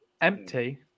empty